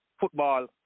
football